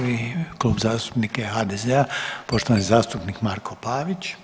Prvi klub zastupnika je HDZ-a, poštovani zastupnik Marko Pavić.